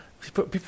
people